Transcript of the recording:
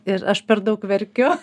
ir aš per daug verkiu